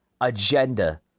agenda